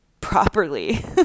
properly